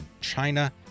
China